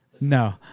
No